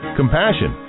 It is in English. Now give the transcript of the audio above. compassion